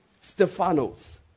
Stephanos